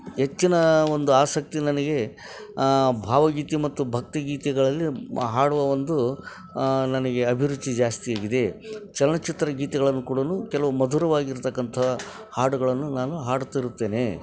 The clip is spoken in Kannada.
ಹೆಚ್ಚಿನ ಒಂದು ಆಸಕ್ತಿ ನನಗೆ ಭಾವಗೀತೆ ಮತ್ತು ಭಕ್ತಿಗೀತೆಗಳಲ್ಲಿ ಹಾಡುವ ಒಂದು ನನಗೆ ಅಭಿರುಚಿ ಜಾಸ್ತಿಯಾಗಿದೆ ಚಲನಚಿತ್ರ ಗೀತೆಗಳನ್ನು ಕೂಡ ಕೆಲವು ಮಧುರವಾಗಿರತಕ್ಕಂಥ ಹಾಡುಗಳನ್ನು ನಾನು ಹಾಡುತ್ತಿರುತ್ತೇನೆ